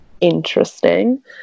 Interesting